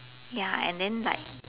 ya and then like